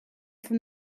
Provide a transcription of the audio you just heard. from